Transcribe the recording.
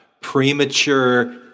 Premature